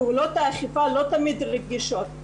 פעולות האכיפה לא תמיד רגישות.